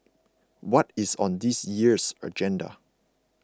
what is on this year's agenda